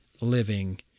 living